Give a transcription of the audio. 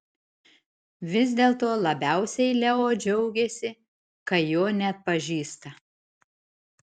vis dėlto labiausiai leo džiaugiasi kai jo neatpažįsta